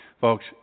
Folks